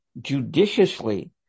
judiciously